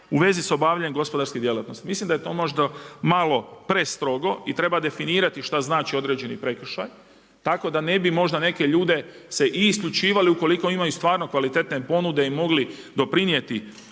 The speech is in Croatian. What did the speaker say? u vezi sa obavljanjem gospodarske djelatnosti. Mislim da je to možda malo prestrogo i treba definirati šta znači određeni prekršaj, tako da ne bi možda neke ljude se i isključivali, ukoliko imaju stvarno kvalitetne ponude i mogli doprinijeti